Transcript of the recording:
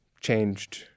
changed